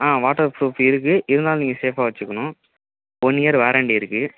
ஆ water proof இருக்குது இருந்தாலும் நீங்கள் சேஃபாக வச்சிக்கணும் ஒன் இயர் வாரண்ட்டி இருக்குது